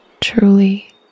truly